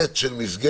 סט של מסגרת,